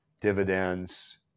dividends